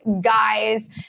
guys